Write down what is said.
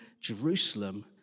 Jerusalem